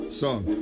song